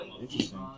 interesting